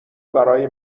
برای